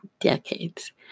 decades